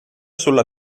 sulla